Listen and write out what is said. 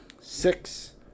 six